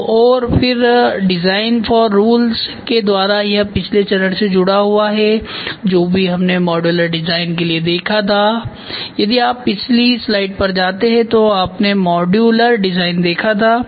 तोऔर फिर design for rules के द्वारा यह पिछले चरण से जुड़ा हुआ है जो भी हमने मॉड्यूलर डिजाइन के लिए देखा था यदि आप पिछली स्लाइड पर जाते हैं तो आपने मॉड्यूलर डिजाइन देखा था